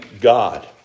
God